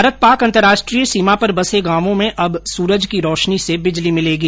भारत पाक अंतर्राष्ट्रीय सीमा पर बसे गांवों में अब सूरज की रोशनी से बिजली मिलेंगी